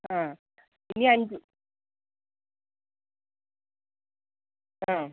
ആ ഇനി അഞ്ച് ആ